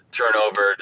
turnover